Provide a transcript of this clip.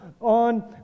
on